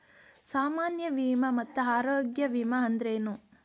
ಸಾಮಾನ್ಯ ವಿಮಾ ಮತ್ತ ಆರೋಗ್ಯ ವಿಮಾ ಅಂದ್ರೇನು?